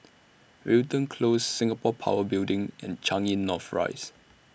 Wilton Close Singapore Power Building and Changi North Rise